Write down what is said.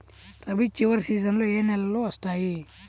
రబీ చివరి సీజన్లో ఏ నెలలు వస్తాయి?